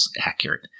accurate